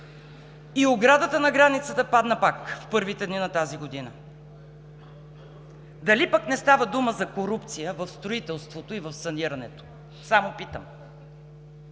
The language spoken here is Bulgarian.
И оградата на границата падна пак в първите дни на тази година. Дали пък не става дума за корупция в строителството и в санирането? Само питам.